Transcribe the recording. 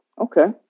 okay